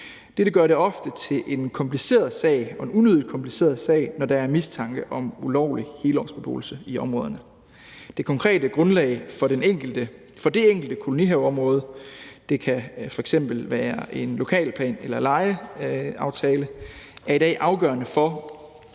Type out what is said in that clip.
sag og en unødig kompliceret sag, når der er mistanke om ulovlig helårsbeboelse i områderne. Det konkrete grundlag for det enkelte kolonihaveområde – det kan f.eks. være en lokalplan eller en lejeaftale – er i dag afgørende for,